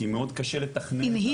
כי מאוד קשה לתכנן את ה- -- אם היא